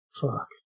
fuck